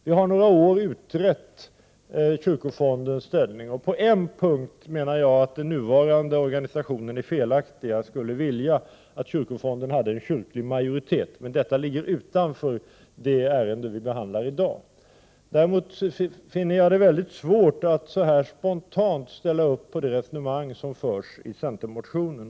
Vi har i några år utrett kyrkofondens ställning, och på en punkt menar jag att den nuvarande organisationen är felaktig — jag skulle vilja att kyrkofonden hade en kyrklig majoritet. Men detta ligger utanför det ärende vi behandlar i dag. Däremot finner jag det svårt att spontant ställa upp på det resonemang som förs i centerpartimotionen.